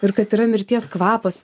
ir kad yra mirties kvapas